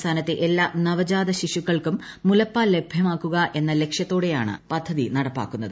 സംസ്ഥാനത്തെ എല്ലാ നവജാത ശിശുക്കൾക്കും മുലപ്പാൽ ലഭ്യമാക്കുക എന്ന ലക്ഷ്യത്തോടെയാണ് പ്ലദ്ധതി നടപ്പാക്കുന്നത്